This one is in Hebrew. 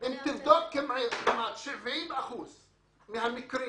אם תבדוק, תראה ש-70 אחוזים מהמקרים